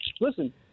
Listen